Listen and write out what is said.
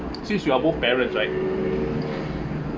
since we are both parents right